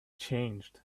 changed